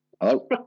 Hello